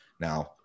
now